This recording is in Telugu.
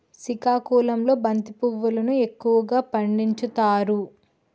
సికాకుళంలో బంతి పువ్వులును ఎక్కువగా పండించుతారు